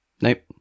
Nope